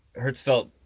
Hertzfeld